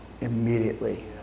immediately